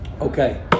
Okay